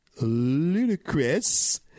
ludicrous